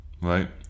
right